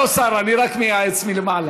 אבל אני לא שר, אני רק מייעץ מלמעלה.